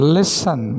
Listen